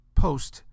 post